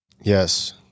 Yes